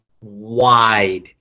wide